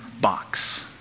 box